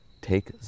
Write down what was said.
take